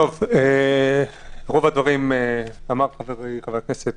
את רוב הדברים אמר חברי,